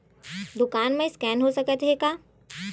दुकान मा स्कैन हो सकत हे का?